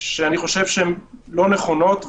שאני חושב שהן לא נכונות,